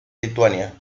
lituania